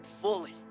fully